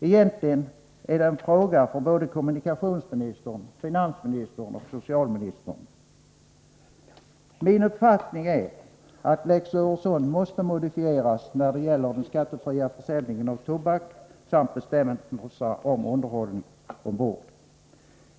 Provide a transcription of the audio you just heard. Egentligen är detta en fråga för både kommunikationsministern, finansministern och socialministern. Min uppfattning är att lex Öresund måste modifieras när det gäller bestämmelserna om den skattefria försäljningen av tobak samt bestämmelserna om underhållning ombord.